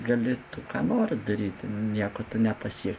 gali tu ką nori daryti nieko tu nepasiek